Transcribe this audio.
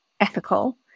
ethical